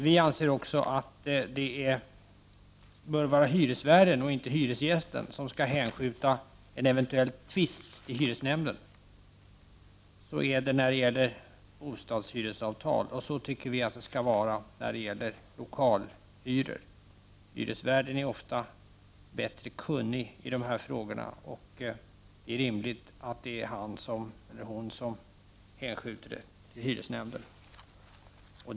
Vi anser också att det bör vara hyresvärden och inte hyresgästen som skall hänskjuta en eventuell tvist till hyresnämnden. Så är det när det gäller bostadshyresavtal, och så tycker vi att det skall vara när det gäller lokalhyror. Hyresvärden är ofta mera kunnig i de här frågorna, och det är rimligt att det är han eller hon som hänskjuter en tvist till hyresnämnden.